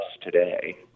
today